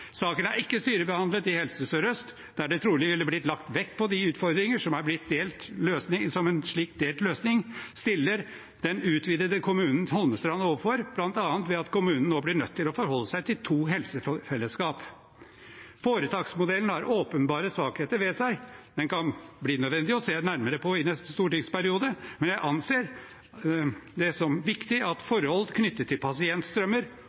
Saken er ikke styrebehandlet i Helse Sør-Øst, der det trolig ville blitt lagt vekt på de utfordringer som en slik delt løsning stiller den utvidede kommunen Holmestrand overfor, bl.a. ved at kommunen nå blir nødt til å forholde seg til to helsefellesskap. Foretaksmodellen har åpenbare svakheter ved seg. Det kan bli nødvendig å se nærmere på den i neste stortingsperiode, men jeg anser det som viktig at forhold knyttet til pasientstrømmer,